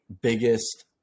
biggest